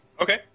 Okay